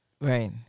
Right